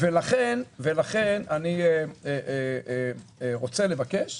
ולכן אני רוצה לבקש